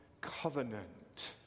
covenant